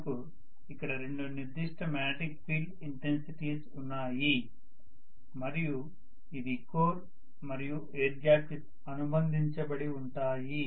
మనకు ఇక్కడ రెండు నిర్దిష్ట మాగ్నెటిక్ ఫీల్డ్ ఇంటెన్సిటీస్ ఉన్నాయి మరియు ఇవి కోర్ మరియు ఎయిర్ గ్యాప్ కి అనుబంధించబడి ఉంటాయి